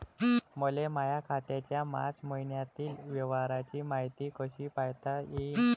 मले माया खात्याच्या मार्च मईन्यातील व्यवहाराची मायती कशी पायता येईन?